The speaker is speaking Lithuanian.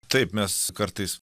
taip mes kartais